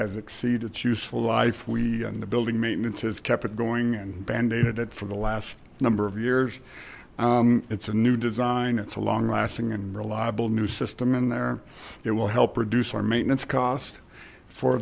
has exceeded its useful life we and the building maintenance has kept it going and band aided it for the last number of years it's a new design it's a long lasting and reliable new system in there it will help reduce our maintenance cost for